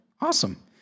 awesome